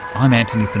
i'm antony